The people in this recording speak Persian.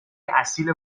اصیل